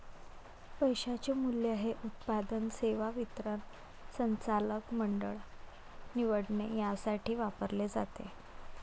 पैशाचे मूल्य हे उत्पादन, सेवा वितरण, संचालक मंडळ निवडणे यासाठी वापरले जाते